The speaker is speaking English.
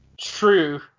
True